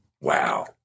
Wow